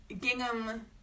gingham